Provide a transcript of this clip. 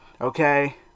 okay